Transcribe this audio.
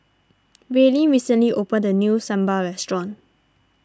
Raelynn recently opened a new Sambar restaurant